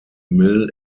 mill